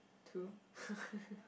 two